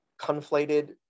conflated